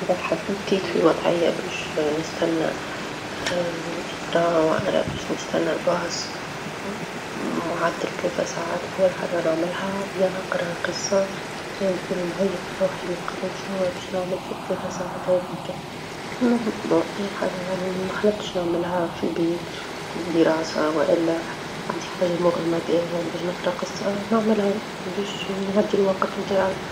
إذا -اتحط- اتحطيت فى وظعية باش نستنى الترام باش نستنى الباص معدل ثلاثة ساعات، أول حاجة نعملها يا نقرأ قصة، يا نكون مهيأه روحي من قبل شنو باش نعمل في الثلاثة ساعات هذيك، أى حاجه يعني ما خلاتش نعملها في البيت، في الدراسة، والا عندى حاجة مغرمة بها باش نقرأ قصة نعملها باش نعدي الوقت متاعي.